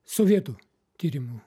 sovietų tyrimų